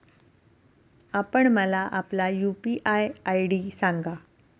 आपण मला आपला यू.पी.आय आय.डी सांगा